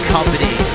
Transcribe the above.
Company